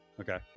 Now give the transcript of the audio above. Okay